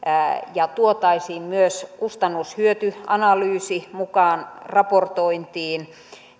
ja tuotaisiin myös kustannus hyöty analyysi mukaan raportointiin